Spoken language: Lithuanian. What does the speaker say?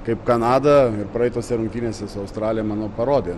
kaip kanada ir praeitose rungtynėse su australija manau parodė